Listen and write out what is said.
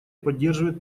поддерживает